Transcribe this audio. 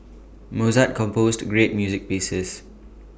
Mozart composed great music pieces